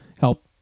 help